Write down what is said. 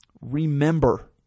remember